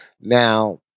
Now